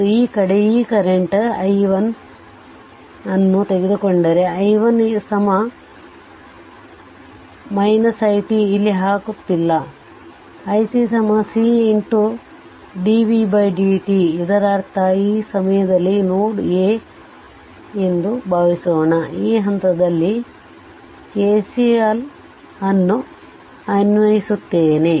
ಮತ್ತು ಈ ಕಡೆ ಈ ಕರೆಂಟ್ i1 ನ್ನು ತೆಗೆದುಕೊಂಡರೆ i1 i t ಇಲ್ಲಿ ಹಾಕುತ್ತಿಲ್ಲ i c c d v d t ಇದರರ್ಥ ಈ ಸಮಯದಲ್ಲಿ ಈ ನೋಡ್ A ಎಂದು ಭಾವಿಸೋಣ ಈ ಹಂತದಲ್ಲಿ KCL ಅನ್ನು ಅನ್ವಯಿಸುತ್ತೇನೆ